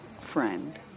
friend